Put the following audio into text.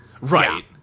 right